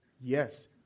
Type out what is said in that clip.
yes